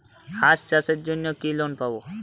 হাঁস চাষের জন্য কি লোন পাব?